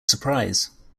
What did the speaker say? surprise